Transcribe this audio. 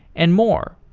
and more.